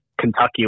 Kentucky